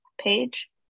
page